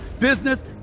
business